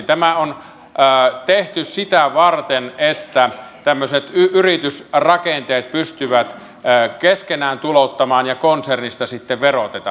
tämä on tehty sitä varten että tämmöiset yritysrakenteet pystyvät keskenään tulouttamaan ja konsernista sitten verotetaan